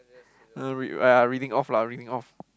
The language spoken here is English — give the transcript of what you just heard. ah read ah reading off lah reading off